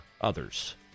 others